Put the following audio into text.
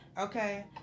okay